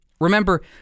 Remember